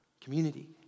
community